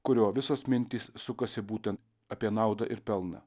kurio visos mintys sukasi būtent apie naudą ir pelną